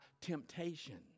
temptation